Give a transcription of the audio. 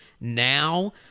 now